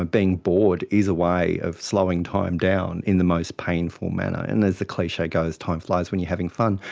ah being bored is a way of slowing time down in the most painful manner. and, as the cliche goes, time flies when you're having fun.